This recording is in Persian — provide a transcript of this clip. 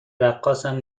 رقاصم